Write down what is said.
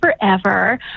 forever